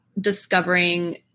discovering